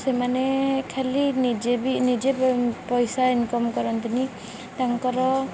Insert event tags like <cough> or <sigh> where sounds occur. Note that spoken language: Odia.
ସେମାନେ ଖାଲି ନିଜେ ବି ନିଜେ <unintelligible> ପଇସା ଇନକମ୍ କରନ୍ତିନି ତାଙ୍କର